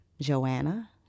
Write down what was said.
Joanna